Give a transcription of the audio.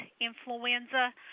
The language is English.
influenza